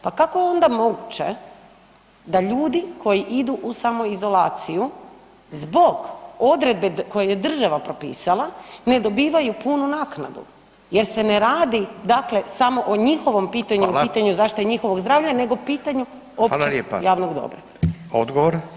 Pa kako je onda moguće da ljudi koji idu u samoizolaciju zbog odredbe koju je država propisala ne dobivaju punu naknadu jer se ne radi dakle samo o njihovom pitanju i pitanju zaštiti njihovog zdravlja [[Upadica Radin: Hvala.]] nego pitanje općeg javnog dobra?